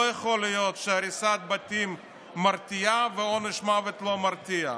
לא יכול להיות שהריסת בתים מרתיעה ועונש מוות לא מרתיע.